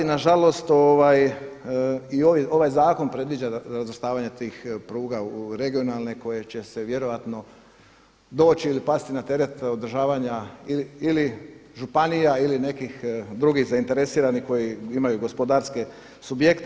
Na žalost i ovaj zakon predviđa razvrstavanje tih pruga u regionalne koje će se vjerojatno doći ili pasti na teret održavanja ili županija ili nekih drugih zainteresiranih koji imaju gospodarske subjekte.